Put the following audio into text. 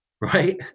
right